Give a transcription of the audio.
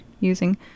using